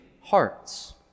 hearts